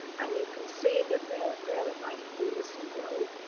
and you can see that that there at ninety three lisson grove.